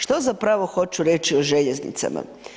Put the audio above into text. Što zapravo hoću reći o željeznicama?